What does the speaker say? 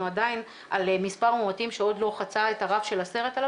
עדיין על מספר מאומתים שעוד לא חצה את הרף של 10,000,